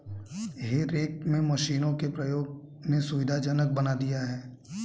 हे रेक में मशीनों के प्रयोग ने सुविधाजनक बना दिया है